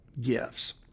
gifts